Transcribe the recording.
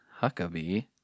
Huckabee